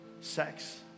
sex